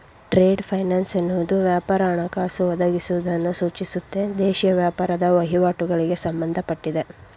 trade finance ಎನ್ನುವುದು ವ್ಯಾಪಾರ ಹಣಕಾಸು ಒದಗಿಸುವುದನ್ನು ಸೂಚಿಸುತ್ತೆ ದೇಶೀಯ ವ್ಯಾಪಾರದ ವಹಿವಾಟುಗಳಿಗೆ ಸಂಬಂಧಪಟ್ಟಿದೆ